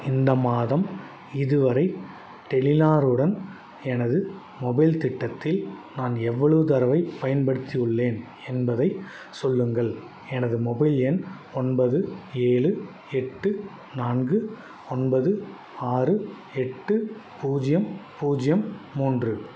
இந்த மாதம் இதுவரை டெலினார் உடன் எனது மொபைல் திட்டத்தில் நான் எவ்வளவு தரவை பயன்படுத்தி உள்ளேன் என்பதைச் சொல்லுங்கள் எனது மொபைல் எண் ஒன்பது ஏழு எட்டு நான்கு ஒன்பது ஆறு எட்டு பூஜ்ஜியம் பூஜ்ஜியம் மூன்று